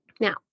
Now